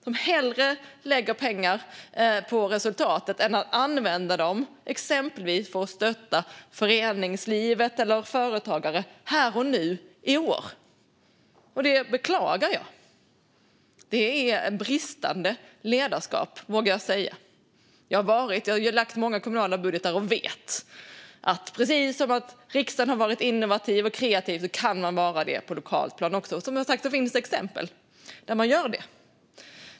De lägger hellre pengar på resultatet än att använda dem exempelvis för att stötta föreningslivet eller företagare här och nu i år. Det beklagar jag. Det är bristande ledarskap, vågar jag säga. Jag har lagt fram många kommunala budgetar. Jag vet att precis som riksdagen har varit innovativ och kreativ kan man vara det också på lokalt plan. Det finns som sagt exempel där man gör det.